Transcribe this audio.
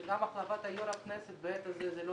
שגם החלפת יו"ר הכנסת בעת הזו זה לא